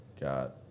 Got